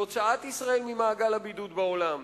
להוצאת ישראל ממעגל הבידוד בעולם.